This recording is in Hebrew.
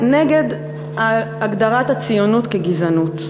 נגד הגדרת הציונות כגזענות.